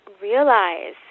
realize